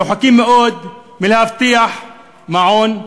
שרחוק מאוד מלהבטיח מעון,